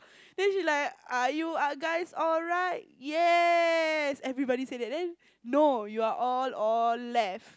then she like are you are guys alright yes everybody say that then no you are all all left